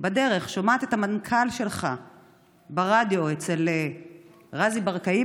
בדרך אני שומעת את המנכ"ל שלך ברדיו מדבר אצל רזי ברקאי,